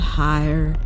higher